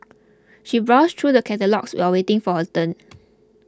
she browsed through the catalogues while waiting for her turn